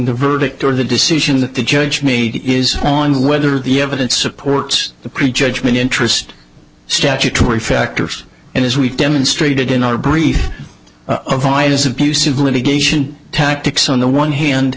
the verdict or the decisions that the judge made is on whether the evidence supports the pre judgment interest statutory factors and as we've demonstrated in our brief of why is abusive litigation tactics on the one hand